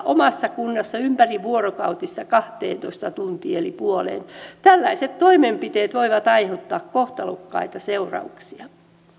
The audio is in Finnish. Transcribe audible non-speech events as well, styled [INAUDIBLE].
[UNINTELLIGIBLE] omassa kunnassa ympärivuorokautisesta kahteentoista tuntiin eli puoleen tällaiset toimenpiteet voivat aiheuttaa kohtalokkaita seurauksia